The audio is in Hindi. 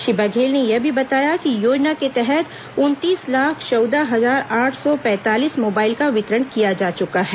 श्री बघेल ने यह भी बताया कि योजना के तहत उनतीस लाख चौदह हजार आठ सौ पैंतालीस मोबाइल का वितरण किया जा चुका है